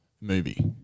movie